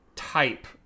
Type